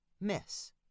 Miss